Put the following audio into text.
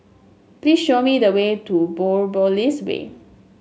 please show me the way to Biopolis Way